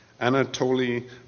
Anatoly